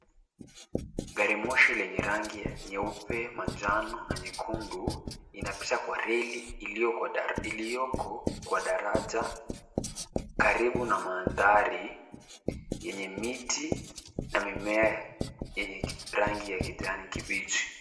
Gari moshi lenye rangi nyeupe, manjano na nyekundu inapita kwa reli ilioko kwa daraja karibu na mandhari yenye miti na mimea yenye rangi ya kijani kibichi.